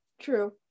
True